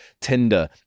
Tinder